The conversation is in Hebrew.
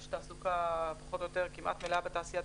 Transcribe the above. יש תעסוקה פחות או יותר כמעט מלאה בתעשייה,